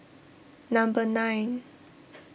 number nine